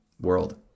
world